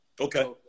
Okay